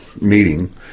meeting